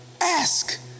ask